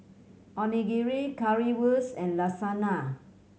Onigiri Currywurst and Lasagna